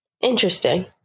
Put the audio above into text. Interesting